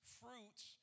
fruits